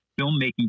filmmaking